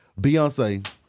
beyonce